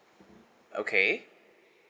okay